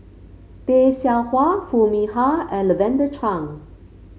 Tay Seow Huah Foo Mee Har and Lavender Chang